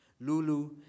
Lulu